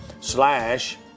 slash